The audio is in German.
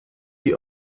die